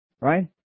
right